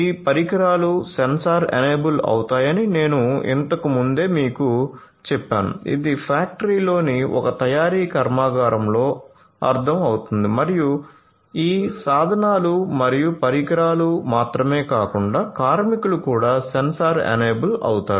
మీ పరికరాలు sensor enable అవుతాయని నేను ఇంతకు ముందే మీకు చెప్తున్నాను ఇది ఫ్యాక్టరీలోని ఒక తయారీ కర్మాగారంలో అర్థం అవుతుంది మరియు ఈ సాధనాలు మరియు పరికరాలు మాత్రమే కాకుండా కార్మికులు కూడా సెన్సార్ ఎనేబుల్ అవుతారు